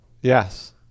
Yes